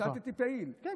ציטטתי פעיל, זה הכול.